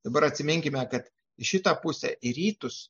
dabar atsiminkime kad į šitą pusę į rytus